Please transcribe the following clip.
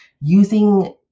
using